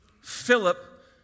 Philip